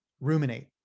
ruminate